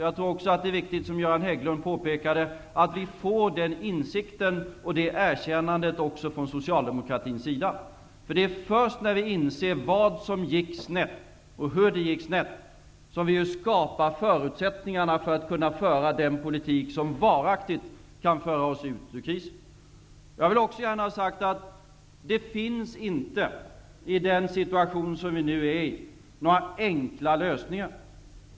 Jag tror också, som Göran Hägglund påpekade, att det är viktigt att vi möter den insikten och får det erkännandet också från Det är först när vi inser vad som gick snett och hur det gick snett som vi skapar förutsättningarna för den politik som varaktigt kan föra oss ut ur krisen. Jag vill också gärna ha sagt att det i den situation som vi nu befinner oss i inte finns några enkla lösningar.